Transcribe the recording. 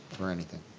for anything.